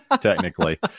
Technically